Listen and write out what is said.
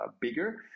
bigger